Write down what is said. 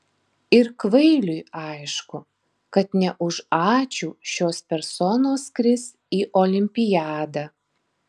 ir kvailiui aišku kad ne už ačiū šios personos skris į olimpiadą